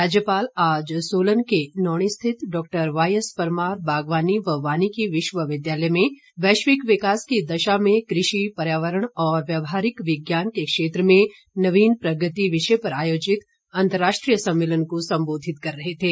राज्यपाल आज सोलन के नौणी स्थित डॉ वाएएस परमार बागवानी व वानिकी विश्वविद्यालय में वैश्विक विकास की दशा में कृषि पर्यावरण और व्यवहारिक विज्ञान के क्षेत्र में नवीन प्रगति विषय पर आयोजित अंतर्राष्ट्रीय सम्मेलन को संबोधित कर रहे थे